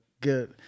good